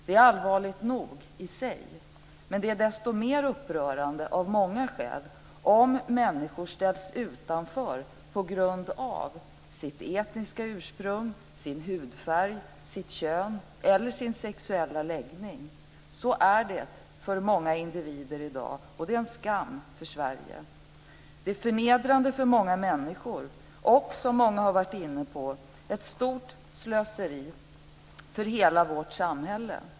Det är allvarligt nog i sig, men det är desto mer upprörande, av många skäl, om människor ställs utanför på grund av sitt etniska ursprung, sin hudfärg, sitt kön eller sin sexuella läggning. Så är det för många individer i dag, och det är en skam för Sverige. Det är förnedrande för människor och, som många har varit inne på, ett stort slöseri för hela vårt samhälle.